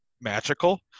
magical